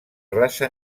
raça